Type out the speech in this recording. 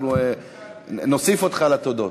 אנחנו נוסיף אותך לתודות.